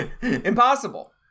impossible